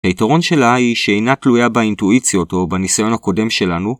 היתרון שלה היא שאינה תלויה באינטואיציות או בניסיון הקודם שלנו.